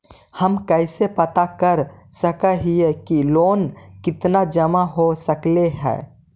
हम कैसे पता कर सक हिय की लोन कितना जमा हो गइले हैं?